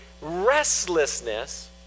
restlessness